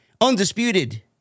undisputed